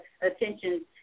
attention